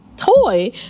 toy